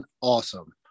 awesome